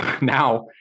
Now